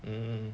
hmm